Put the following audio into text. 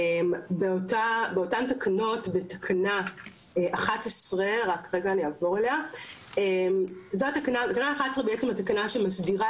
באותן תקנות בתקנה 11. תקנה 11 בעצם התקנה שמסדירה